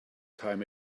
time